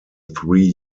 three